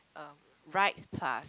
um rides plus